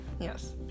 Yes